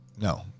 No